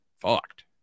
fucked